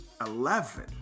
eleven